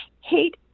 hate